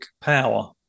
Power